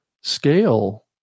scale